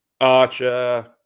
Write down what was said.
Archer